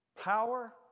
power